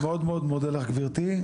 אני מאוד מודה לך, גברתי.